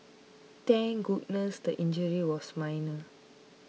thank goodness the injury was minor